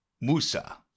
Musa